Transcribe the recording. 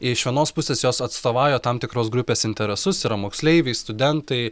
iš vienos pusės jos atstovauja tam tikros grupės interesus yra moksleiviai studentai